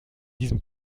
diesem